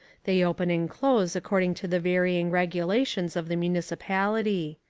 they open and close according to the varying regulations of the municipality.